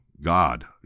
God